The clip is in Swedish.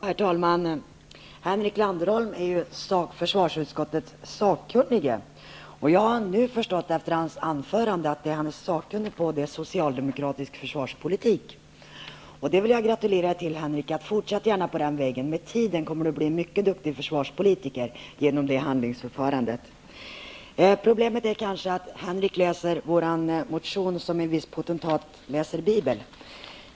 Herr talman! Henrik Landerholm är försvarsutskottets sakkunnige. Jag förstår efter hans anförande att han är sakkunnig på socialdemokratisk försvarspolitik. Jag vill gratulera honom till det, fortsätt gärna på den vägen. Med tiden kommer Henrik Landerholm att bli en mycket duktig försvarspolitiker genom det handlingsförfarandet. Problemet är kanske att Henrik Landerholm läser våra motioner som en viss potentat läser Bibeln.